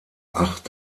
acht